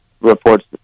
reports